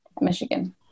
Michigan